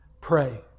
Pray